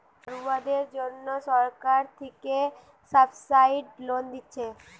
পড়ুয়াদের জন্যে সরকার থিকে সাবসিডাইস্ড লোন দিচ্ছে